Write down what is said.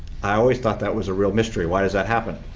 i always thought that was a real mystery. why does that happen?